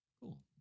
Cool